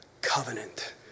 covenant